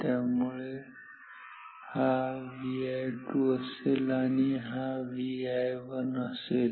त्यामुळे हा Vi2 असेल आणि हा Vi1 असेल